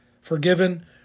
forgiven